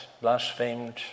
blasphemed